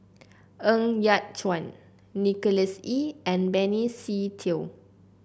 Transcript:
Ng Yat Chuan Nicholas Ee and Benny Se Teo